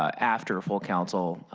after full council,